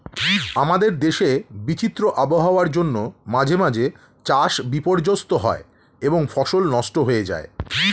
আমাদের দেশে বিচিত্র আবহাওয়ার জন্য মাঝে মাঝে চাষ বিপর্যস্ত হয় এবং ফসল নষ্ট হয়ে যায়